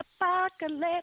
apocalypse